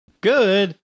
Good